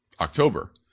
October